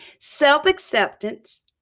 self-acceptance